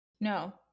No